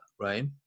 right